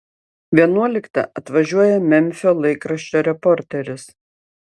vienuoliktą atvažiuoja memfio laikraščio reporteris